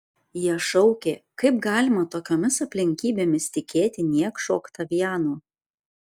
jie šaukė kaip galima tokiomis aplinkybėmis tikėti niekšu oktavianu